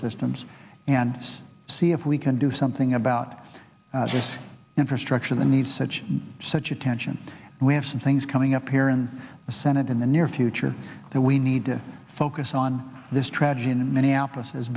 systems and see if we can do something about this infrastructure the need such such attention we have some things coming up here in the senate in the near future that we need to focus on this tragedy in minneapolis